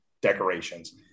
decorations